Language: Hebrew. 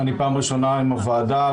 ראשונה עם הוועדה,